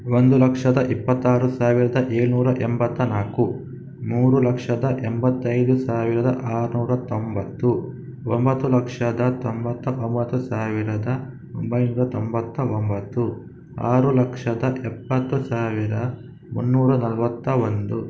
ಒಂದು ಲಕ್ಷದ ಇಪ್ಪತ್ತಾರು ಸಾವಿರದ ಏಳು ನೂರ ಎಂಬತ್ತ ನಾಲ್ಕು ಮೂರು ಲಕ್ಷದ ಎಂಬತ್ತೈದು ಸಾವಿರದ ಆರುನೂರ ತೊಂಬತ್ತು ಒಂಬತ್ತು ಲಕ್ಷದ ತೊಂಬತ್ತ ಒಂಬತ್ತು ಸಾವಿರದ ಒಂಬೈನೂರ ತೊಂಬತ್ತ ಒಂಬತ್ತು ಆರು ಲಕ್ಷದ ಎಪ್ಪತ್ತು ಸಾವಿರ ಮುನ್ನೂರ ನಲವತ್ತ ಒಂದು